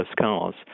cars